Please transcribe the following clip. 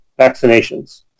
vaccinations